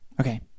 Okay